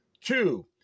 Two